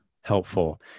helpful